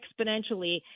exponentially